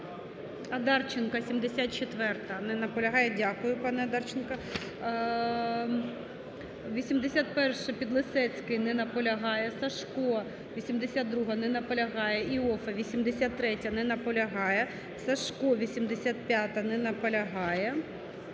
Одарченко, 74-а. Не наполягає. Дякую, пане Одарченко. 81-а, Підлісецький. Не наполягає. Сажко, 82-а. Не наполягає. Іоффе, 83-я. Не наполягає. Сажко, 85-а. Не наполягає.